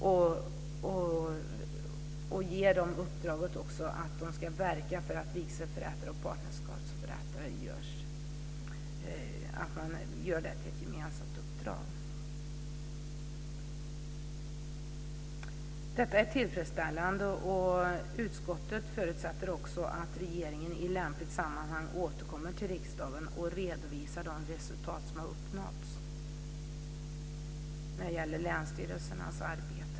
De har också fått uppdraget att verka för att vigselförrättare och partnerskapsförrättare görs till ett gemensamt uppdrag. Detta är tillfredsställande. Utskottet förutsätter att regeringen i lämpligt sammanhang återkommer till riksdagen med en redovisning av de resultat som har uppnåtts när det gäller länsstyrelsernas arbete.